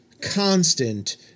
constant